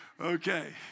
Okay